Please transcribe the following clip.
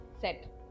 set